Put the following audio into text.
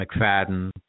McFadden